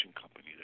company